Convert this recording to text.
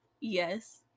Yes